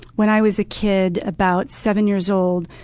when i was a kid, about seven years old,